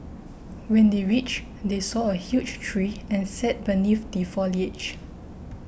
when they reached they saw a huge tree and sat beneath the foliage